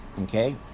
okay